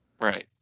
Right